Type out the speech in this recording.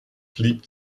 blieb